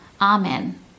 Amen